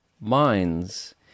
minds